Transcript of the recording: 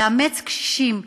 לאמץ קשישים.